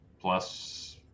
plus